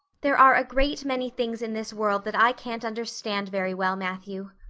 there are a great many things in this world that i can't understand very well, matthew.